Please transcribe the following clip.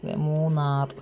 Munnar